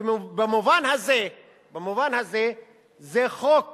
במובן הזה זה חוק